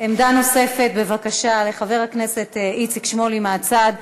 עמדה נוספת, בבקשה, לחבר הכנסת איציק שמולי, מהצד.